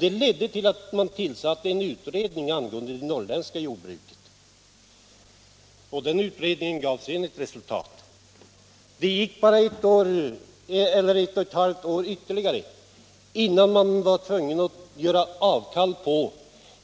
Det ledde till att jordbruksminister Ingeumnd Bengtsson tillsatte en Det gick sedan ytterligare bara ett och ett halvt år innan man var tvungen att göra avkall på